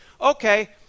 okay